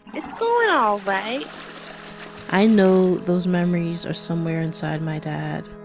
it's going all right i know those memories are somewhere inside my dad.